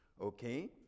Okay